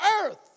earth